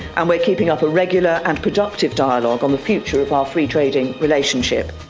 um like keeping up a regular and productive dialogue on the future of our free trading relationship.